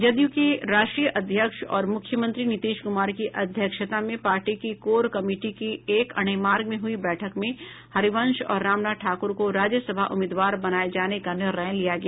जदय्र के राष्ट्रीय अध्यक्ष और मुख्यमंत्री नीतीश कुमार की अध्यक्षता में पार्टी की कोर कमेटी की एक अणे मार्ग में हुई बैठक में हरिवंश और रामनाथ ठाकुर को राज्यसभा उम्मीदवार बनाए जाने का निर्णय लिया गया